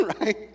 right